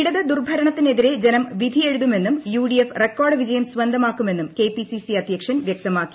ഇടതു ദൂർഭരണത്തിനെതിരേയുള്ള ക്ട്രിനു ്വിധിയെഴുതുമെന്നും യുഡിഎഫ് റെക്കോർഡ് വിജയം സ്വിത്തമാക്കുമെന്നും കെപിസിസി അധ്യക്ഷൻ വ്യക്തമാക്കി